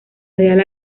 real